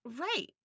Right